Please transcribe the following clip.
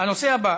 הנושא הבא: